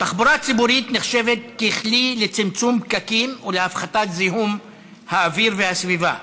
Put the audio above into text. תחבורה ציבורית נחשבת כלי לצמצום פקקים ולהפחתת זיהום האוויר והסביבה,